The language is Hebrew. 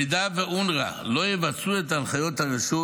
אם אונר"א לא יבצעו את הנחיות הרשות,